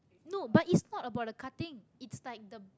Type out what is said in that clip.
no but it's not about the cutting it's like the